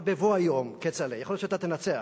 אבל בבוא היום, כצל'ה, יכול להיות שאתה תנצח,